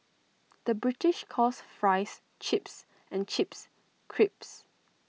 the British calls Fries Chips and Chips Crisps